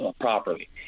properly